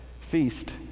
feast